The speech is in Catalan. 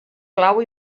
clau